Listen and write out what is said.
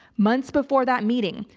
months before that meeting,